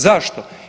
Zašto?